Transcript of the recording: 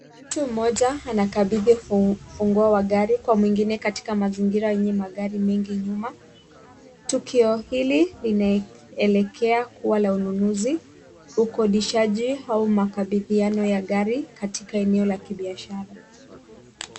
Mtu mmoja anakabidhi funguo wa gari kwa mwingine katika mazingira yenye magari mengi nyuma. Tukio hili linaelekea kuwa la ununuzi, ukodishaji au makabidhiano ya gari katika eneo la kibiashara.